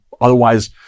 otherwise